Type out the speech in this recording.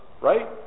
right